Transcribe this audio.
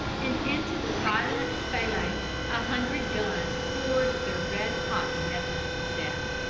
and into the silent phalanx a hundred guns poured their red-hot messages of death.